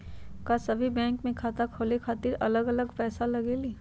का सभी बैंक में खाता खोले खातीर अलग अलग पैसा लगेलि?